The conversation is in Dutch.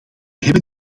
hebben